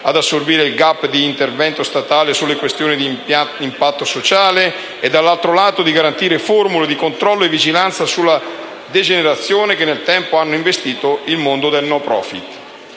ad assorbire il *gap* di intervento statale sulle questioni di impatto sociale e, dall'altro lato, di garantire formule di controllo e vigilanza sulla degenerazione che nel tempo hanno investito il mondo del *no profit*.